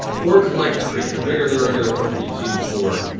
orc-like creature. bigger than a regular orc that you've seen before.